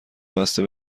بسته